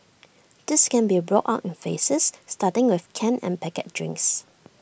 this can be rolled on in phases starting with canned and packet drinks